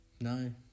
No